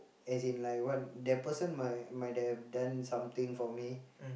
as in like what that person might might have done something for me